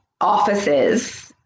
offices